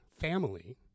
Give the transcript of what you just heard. family